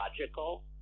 logical